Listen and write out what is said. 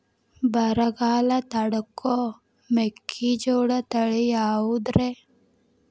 ಬರಗಾಲ ತಡಕೋ ಮೆಕ್ಕಿಜೋಳ ತಳಿಯಾವುದ್ರೇ?